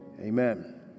amen